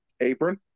apron